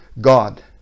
God